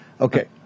Okay